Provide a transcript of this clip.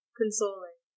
consoling